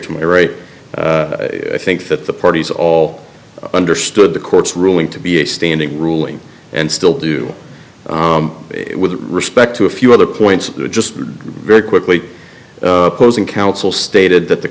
to my right i think that the parties all understood the court's ruling to be a standing ruling and still do with respect to a few other points just very quickly opposing counsel stated that the